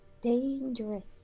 dangerous